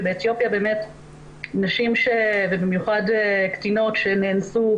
שבאתיופיה נשים ובמיוחד קטינות שנאנסו